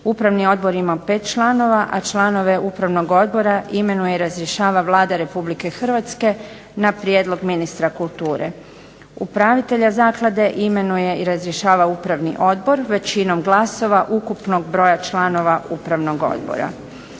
Upravni odbor ima 5 član, a članove upravnog odbora imenuje i razrješava Vlada Republike Hrvatske na prijedlog ministra kulture. Upravitelja zaklade imenuje i razrješava upravni odbor većinom glasova ukupnog broja članova upravnog odbora.